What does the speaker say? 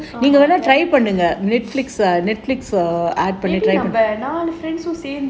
நாலு சேர்ந்து:naalu sernthu